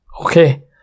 Okay